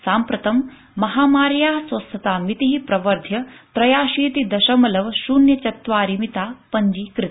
सांप्रतम् महामार्याः स्वस्थतामिति प्रवर्ध्य त्रयाशीति दशमलव शून्य चत्वारि मिता पंजीकृता